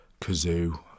Kazoo